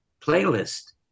playlist